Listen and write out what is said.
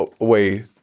away